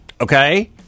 Okay